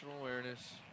awareness